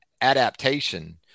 adaptation